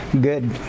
Good